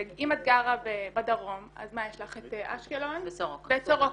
אם את גרה בדרום אז יש לך את אשקלון ואת סורוקה.